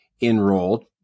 enrolled